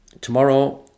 tomorrow